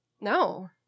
No